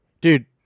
Dude